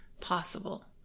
possible